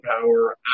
power